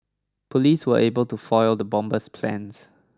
police were able to foil the bomber's plans